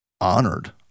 honored